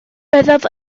byddaf